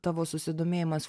tavo susidomėjimas